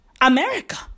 America